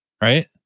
right